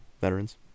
veterans